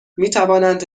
میتوانند